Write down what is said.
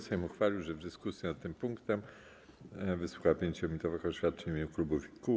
Sejm uchwalił, że w dyskusji nad tym punktem wysłucha 5-minutowych oświadczeń w imieniu klubów i kół.